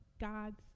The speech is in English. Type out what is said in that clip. God's